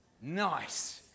Nice